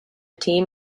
team